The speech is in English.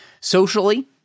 socially